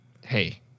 hey